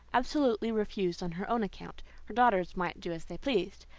absolutely refused on her own account her daughters might do as they pleased.